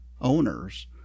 owners